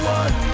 one